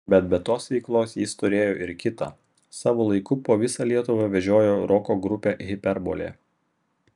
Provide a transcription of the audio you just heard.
bet be tos veiklos jis turėjo ir kitą savo laiku po visą lietuvą vežiojo roko grupę hiperbolė